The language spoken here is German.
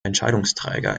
entscheidungsträger